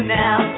now